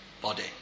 body